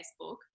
Facebook